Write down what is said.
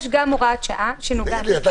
יש גם הוראת שעה שנוגעת --- תגיד,